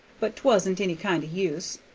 but t wasn't any kind o use.